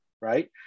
right